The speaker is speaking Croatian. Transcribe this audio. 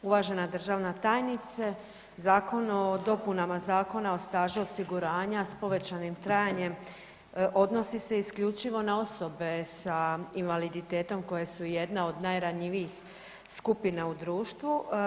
Uvažena državna tajnice Zakon o dopunama Zakona o stažu osiguranja s povećanim trajanjem odnosi se isključivo na osobe sa invaliditetom koje su jedne od najranjivijih skupina u društvu.